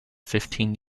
fifteen